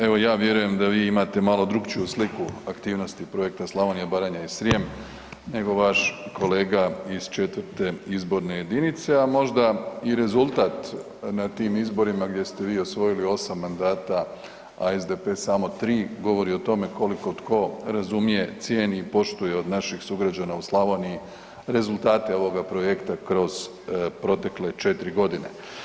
Evo ja vjerujem da vi imate malo drukčiju sliku aktivnosti Projekta „Slavonija, Baranja i Srijem“ nego vaš kolega iz 4. izborne jedinice, a možda i rezultat na tim izborima gdje ste vi osvojili 8 mandata, a SDP samo 3 govori o tome koliko tko razumije, cijeni i poštuje od naših sugrađana u Slavoniji rezultate ovoga projekta kroz protekle 4 godine.